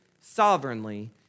sovereignly